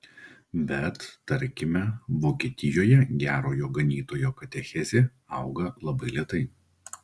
bet tarkime vokietijoje gerojo ganytojo katechezė auga labai lėtai